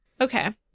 Okay